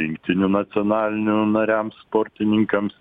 rinktinių nacionalinių nariams sportininkams